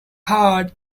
hard